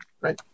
Right